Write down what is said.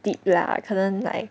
dick lah 可能 like